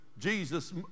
Jesus